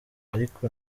ariko